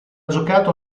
giocato